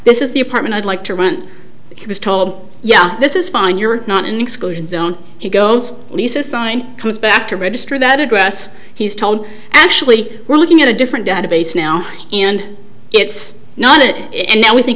this is the apartment i'd like to run he was told yeah this is fine you're not in exclusion zone he goes and he says sign comes back to register that address he's told actually we're looking at a different database now and it's not it and we think